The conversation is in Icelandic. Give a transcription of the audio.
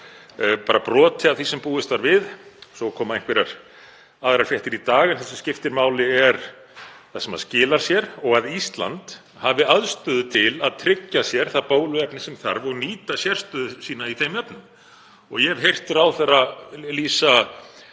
bara broti af því sem búist var við. Svo koma einhverjar aðrar fréttir í dag. En það sem skiptir máli er það sem skilar sér og að Ísland hafi aðstöðu til að tryggja sér það bóluefni sem þarf og til að nýta sérstöðu sína í þeim efnum. Ég hef heyrt ráðherra lýsa